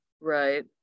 Right